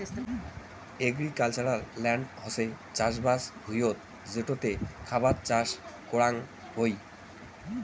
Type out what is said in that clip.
agricultural land হসে চাষবাস ভুঁইয়ত যেটোতে খাবার চাষ করাং হই